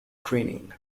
training